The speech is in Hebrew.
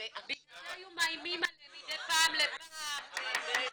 ובגלל זה היו מאיימים עליהם מפעם לפעם --- רגע,